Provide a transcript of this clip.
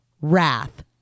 wrath